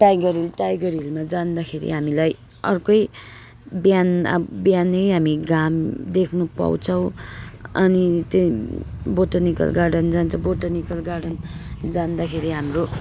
tiger Hill Tiger हिलमा जाँदाखेरि हामीलाई अर्कै बिहान अब बिहानै हामी घाम देख्नु पाउँछौँ अनि त्यो बोटनिकल गार्डन जान्छौँ बोटनिकल गार्डन जाँदाखेरि हाम्रो